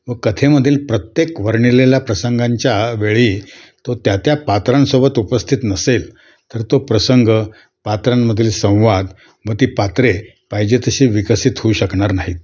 व कथेमधील प्रत्येक वर्णिलेल्या प्रसंगांच्या वेळी तो त्या त्या पात्रांसोबत उपस्थित नसेल तर तो प्रसंग पात्रांमधील संवाद व ती पात्रे पाहिजे तशी विकसित होऊ शकणार नाहीत